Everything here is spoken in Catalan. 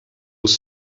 els